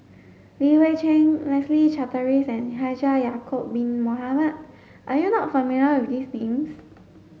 Li Hui Cheng Leslie Charteris and Haji Ya'acob Bin Mohamed are you not familiar with these names